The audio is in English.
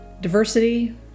Diversity